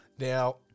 Now